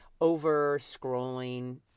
over-scrolling